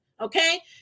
okay